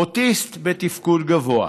אוטיסט בתפקוד גבוה.